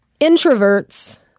introverts